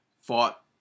Fought